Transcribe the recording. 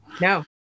No